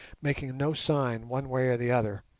making no sign one way or the other.